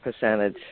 percentage